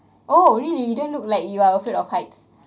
oh really you don't look like you are afraid of heights